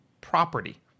property